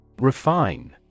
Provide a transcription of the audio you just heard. Refine